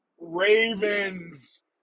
Ravens